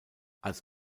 als